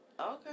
Okay